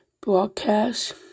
broadcast